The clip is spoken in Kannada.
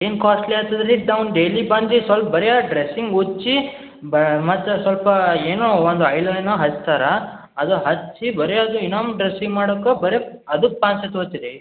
ಏನು ಕಾಸ್ಟ್ಲಿ ಆತದ ರೀ ಇದು ನಾವು ಡೈಲಿ ಬಂದು ಸ್ವಲ್ಪ ಬರೇ ಆ ಡ್ರೆಸ್ಸಿಂಗ್ ಉಜ್ಜಿ ಬಾ ಮತ್ತು ಸ್ವಲ್ಪ ಏನೋ ಒಂದು ಆಯಿಲ್ ಏನೋ ಹಚ್ತಾರ ಅದು ಹಚ್ಚಿ ಬರೇ ಅದೇ ಇನ್ನೊಂದು ಡ್ರೆಸ್ಸಿಂಗ್ ಮಾಡೋಕು ಬರೇ ಅದಕ್ಕೆ ಪಾನ್ಶೇ ತಗೋತಿರಿ ರೀ